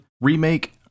Remake